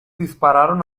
dispararon